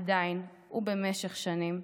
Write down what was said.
עדיין, ובמשך שנים,